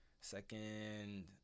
second